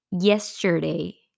yesterday